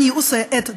אני עושה את דברם.